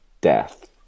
death